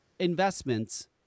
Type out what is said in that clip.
Investments